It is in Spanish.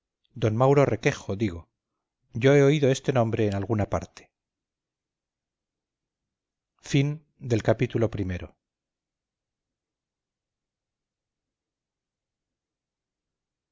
d mauro requejo digo yo he oído este nombre en alguna parte ii